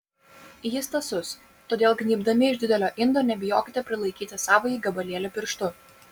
jis tąsus todėl gnybdami iš didelio indo nebijokite prilaikyti savąjį gabalėlį pirštu